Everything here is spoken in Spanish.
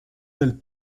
del